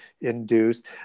induced